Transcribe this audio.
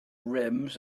rims